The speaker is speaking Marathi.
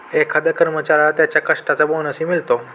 एखाद्या कर्मचाऱ्याला त्याच्या कष्टाचा बोनसही मिळतो